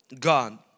God